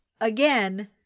again